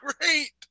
great